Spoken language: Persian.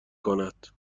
کند